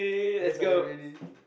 yes are you ready